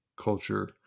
Culture